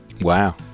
Wow